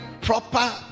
proper